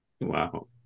Wow